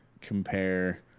compare